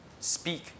Speak